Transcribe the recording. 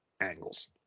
angles